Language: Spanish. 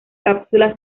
cápsula